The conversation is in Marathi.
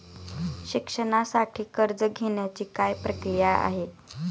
शिक्षणासाठी कर्ज घेण्याची काय प्रक्रिया आहे?